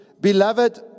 beloved